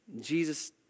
Jesus